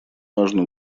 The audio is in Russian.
важно